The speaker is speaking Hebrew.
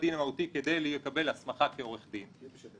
הוא הרבה יותר מקצועי --- הוא לא פסיכומטריקן,